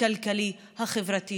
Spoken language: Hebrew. הכלכלי והחברתי